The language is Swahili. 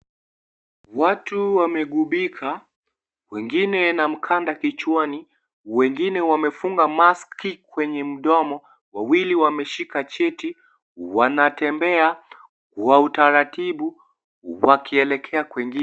Watu wamekubika, wengine na mkanda kichwani, wengine wamefunga maski kwenye mdomo, wawili wameshika cheti, wanatembea kwa utaratibu wakielekea kwingine.